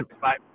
bye